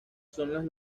son